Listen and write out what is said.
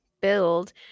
build